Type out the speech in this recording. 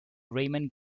raymond